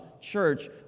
Church